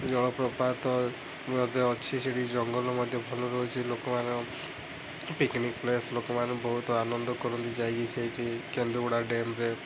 ଜଳପ୍ରପାତ ମଧ୍ୟ ଅଛି ସେଇଠି ଜଙ୍ଗଲ ମଧ୍ୟ ଭଲ ରହିଛି ଲୋକମାନଙ୍କ ପିକନିକ୍ ପ୍ଲେସ୍ ଲୋକମାନେ ବହୁତ ଆନନ୍ଦ କରନ୍ତି ଯାଇକି ସେଇଠି କେନ୍ଦୁବୁଡ଼ା ଡେମ୍ ରେ